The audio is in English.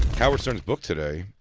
howard stern's book today.